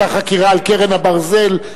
חבר הכנסת ארדן, פעם היתה חקירה על "קרן הברזל".